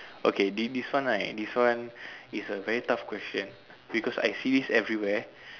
okay this this one right this one is a very tough question because i see this everywhere